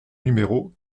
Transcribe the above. numéro